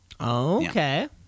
okay